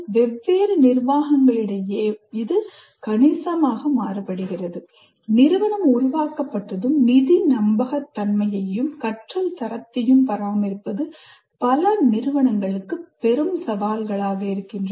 வெவ்வேறு நிர்வாகங்களிடையே இது கணிசமாக மாறுபடும் நிறுவனம் உருவாக்கப்பட்டதும் நிதி நம்பகத்தன்மையையும் கற்றல் தரத்தையும் பராமரிப்பது பல நிறுவனங்களுக்கு பெரும் சவால்களாகும்